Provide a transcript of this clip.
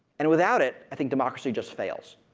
and without it, i think democracy just fails.